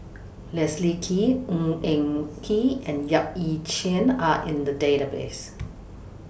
Leslie Kee Ng Eng Kee and Yap Ee Chian Are in The Database